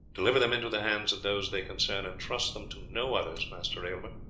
deliver them into the hands of those they concern, and trust them to no others, master aylmer.